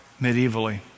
Medievally